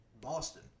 Boston